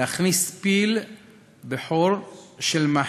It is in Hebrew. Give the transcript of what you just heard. להכניס פיל בחור של מחט.